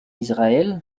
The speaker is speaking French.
israël